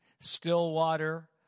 Stillwater